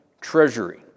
treasury